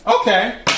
okay